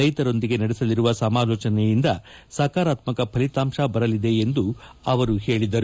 ರೈತರೊಂದಿಗೆ ನಡೆಸಲಿರುವ ಸಮಾಲೋಚನೆಯಿಂದ ಸಕಾರಾತ್ಮಕ ಫಲಿತಾಂಶ ಬರಲಿದೆ ಎಂದು ಅವರು ಹೇಳಿದರು